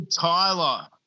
Tyler